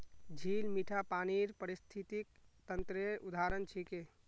झील मीठा पानीर पारिस्थितिक तंत्रेर उदाहरण छिके